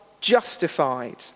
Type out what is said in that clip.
justified